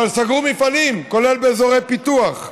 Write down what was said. אבל סגרו מפעלים, כולל באזורי פיתוח.